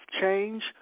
Change